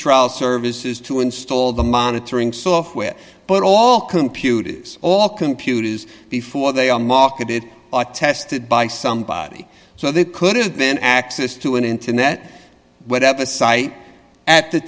trial services to install the monitoring software but all computers all computers before they are marketed are tested by somebody so they could have been access to an internet whatever site at the